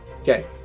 Okay